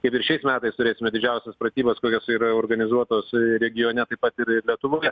kaip ir šiais metais turėsime didžiausias pratybos kurios yra organizuotos regione taip pat ir ir lietuvoje